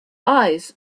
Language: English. eyes